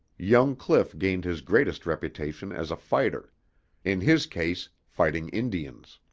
young cliff gained his greatest reputation as a fighter in his case fighting indians.